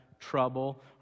trouble